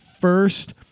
first